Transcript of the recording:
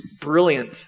brilliant